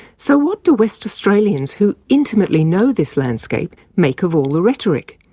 so what do west australians who intimately know this landscape make of all the rhetoric?